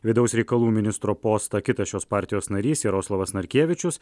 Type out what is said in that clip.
vidaus reikalų ministro postą kitas šios partijos narys jaroslavas narkevičius